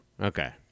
Okay